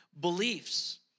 beliefs